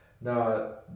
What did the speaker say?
Now